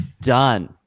done